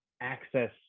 access